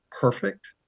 perfect